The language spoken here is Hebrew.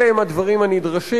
אלה הם הדברים הנדרשים.